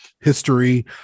history